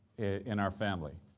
in our family,